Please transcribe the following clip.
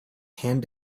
hand